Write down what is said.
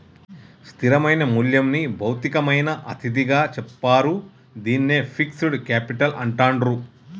స్థిరమైన మూల్యంని భౌతికమైన అతిథిగా చెప్తారు, దీన్నే ఫిక్స్డ్ కేపిటల్ అంటాండ్రు